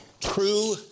True